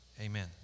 Amen